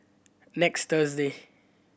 next Thursday